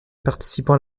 participent